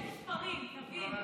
יש מספרים, תבין.